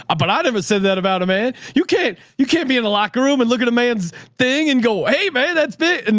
ah but i never said that about a man. you can't, you can't be in the locker room and look at a man's thing and go, hey man, that's big. and